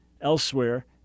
elsewhere